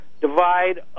divide